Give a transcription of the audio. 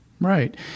Right